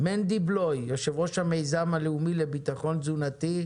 מנדי בלוי, יושב-ראש המיזם הלאומי לביטחון תזונתי.